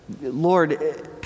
Lord